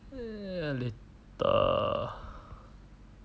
err later